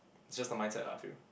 is just the mindset lah I feel